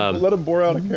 ah let him bore out